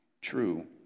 true